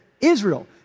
Israel